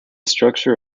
structure